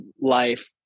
life